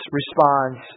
responds